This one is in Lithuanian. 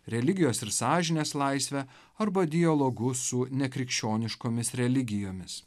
religijos ir sąžinės laisve arba dialogu su nekrikščioniškomis religijomis